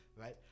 right